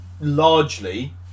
largely